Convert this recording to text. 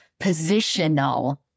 positional